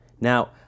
Now